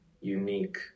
unique